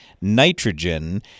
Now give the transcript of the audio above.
nitrogen